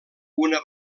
una